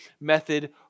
method